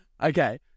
Okay